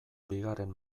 bigarren